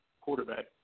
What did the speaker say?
quarterback